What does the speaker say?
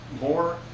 more